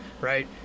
right